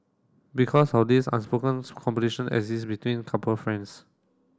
because of this unspoken competition exists between couple friends